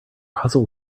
hustle